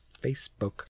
Facebook